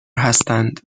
هستند